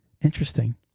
Interesting